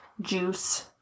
juice